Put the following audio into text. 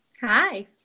Hi